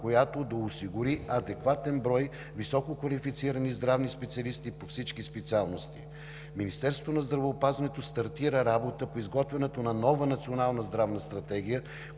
която да осигури адекватен брой висококвалифицирани здравни специалисти по всички специалности. Министерството на здравеопазването стартира работа по изготвянето на нова Национална здравна стратегия,